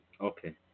Okay